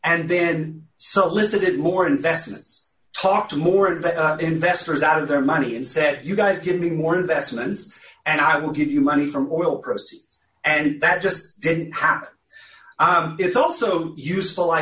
and then so a little bit more investments talked to more of the investors out of their money and said you guys getting more investments and i will give you money from oil proceeds and that just didn't happen it's also useful i